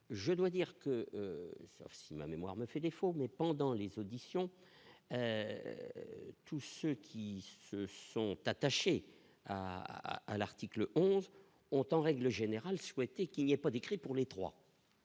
je dois dire que si ma mémoire me fait défaut, mais pendant les auditions, tous ceux qui se sont attachés à à l'article 11 ont, en règle générale, souhaité qu'il n'y a pas d'écrits pour les 3.